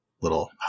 little